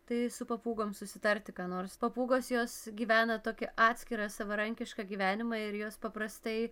tai su papūgom susitarti ką nors papūgos jos gyvena tokį atskirą savarankišką gyvenimą ir jos paprastai